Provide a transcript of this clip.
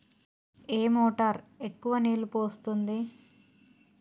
ఏ motor ఎక్కువ నీళ్లు పోస్తుంది?